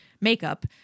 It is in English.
makeup